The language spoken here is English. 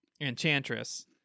Enchantress